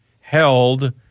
held